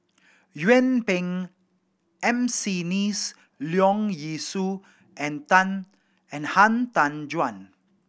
Yuen Peng M C Neice Leong Yee Soo and Tan and Han Tan Juan